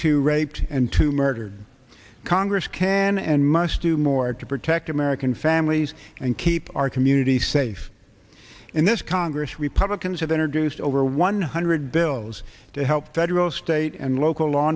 two raped and two murdered congress can and must do more to protect american families and keep our community safe in this congress republicans have been reduced over one hundred bills to help federal state and local law